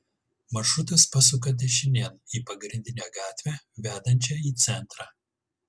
maršrutas pasuka dešinėn į pagrindinę gatvę vedančią į centrą